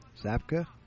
Zapka